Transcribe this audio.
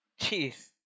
jeez